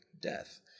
death